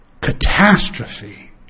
catastrophe